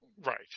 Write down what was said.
Right